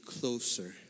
closer